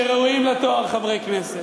שראויים לתואר חברי כנסת,